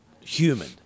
human